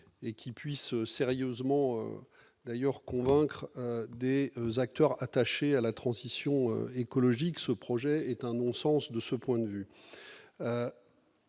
qui puisse me rassurer ou convaincre des acteurs attachés à la transition écologique. Ce projet est un non-sens de ce point de vue.